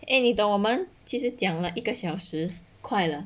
aye 你懂我们其实讲了一个小时快乐